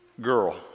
girl